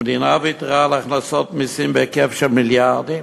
המדינה ויתרה על הכנסות מסים בהיקף של מיליארדים,